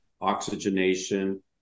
oxygenation